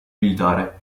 militare